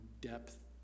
depth